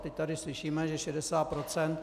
Teď tady slyšíme, že 60 procent.